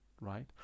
right